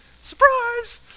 Surprise